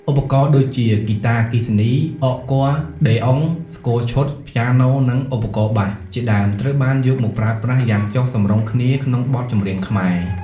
ឧបករណ៍ដូចជា ហ្គីតាអគ្គិសនី , អង្គ័រដេអុង , ស្គរឈុត , ព្យាណូនិង ឧបករណ៍បាស ជាដើម ត្រូវបានយកមកប្រើប្រាស់យ៉ាងចុះសម្រុងគ្នាក្នុងបទចម្រៀងខ្មែរ។